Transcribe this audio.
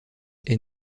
est